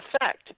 effect